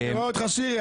כי אני רואה אותך, שירי.